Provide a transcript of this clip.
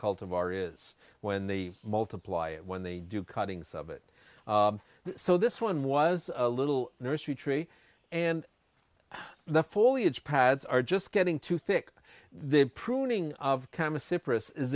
cult of are is when the multiply it when they do cuttings of it so this one was a little nursery tree and the foliage pads are just getting too thick the pruning of